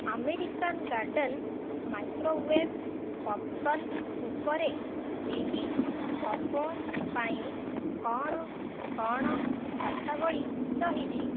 American garden microwave popcorn ଉପରେ ଏହି offer ପାଇଁ କ'ଣ କ'ଣ ସର୍ତ୍ତାବଳୀ ରହିଛି